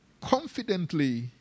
confidently